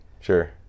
Sure